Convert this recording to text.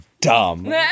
dumb